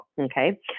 okay